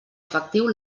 efectiu